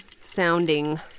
Sounding